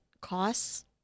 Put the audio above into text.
costs